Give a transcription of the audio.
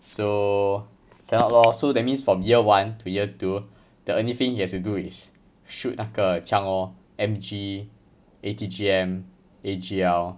so cannot lor so that means from year one to year two the only thing he has to do is shoot 那个抢 lor M_G A_G_G_M A_G_L